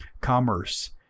Commerce